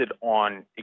on